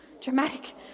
Dramatic